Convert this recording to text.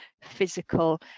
physical